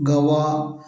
ഗവ